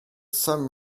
some